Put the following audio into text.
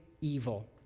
evil